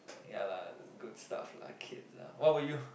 ya lah good stuff lah kids lah what about you